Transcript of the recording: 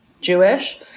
jewish